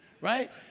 Right